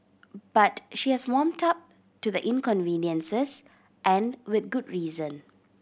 but she has warmed up to the inconveniences and with good reason